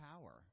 power